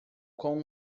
com